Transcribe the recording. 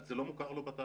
זה לא מוכר לו בתעריף.